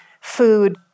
food